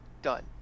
done